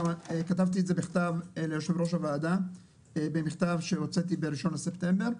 וכתבתי את זה בכתב ליושב-ראש הוועדה במכתב שהוצאתי ב-1 בספטמבר,